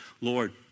Lord